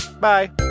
Bye